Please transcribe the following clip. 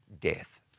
death